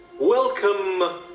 Welcome